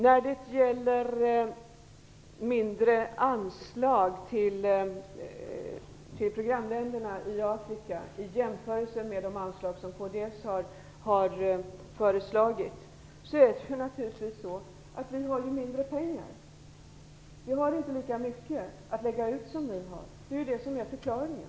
Det har föreslagits mindre anslag till programländerna i Afrika i jämförelse med de anslag som kds har föreslagit. Det beror naturligtvis på att vi har mindre pengar. Vi har inte lika mycket pengar att lägga ut som ni har. Det är förklaringen.